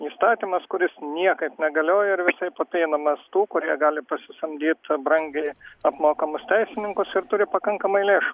įstatymas kuris niekad negalioja ir visaip apeinamas tų kurie gali pasisamdyt brangiai apmokamus teisininkus ir turi pakankamai lėšų